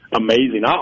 amazing